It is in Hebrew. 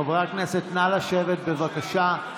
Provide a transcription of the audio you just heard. חברי הכנסת, נא לשבת, בבקשה.